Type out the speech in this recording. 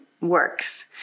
works